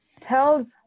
tells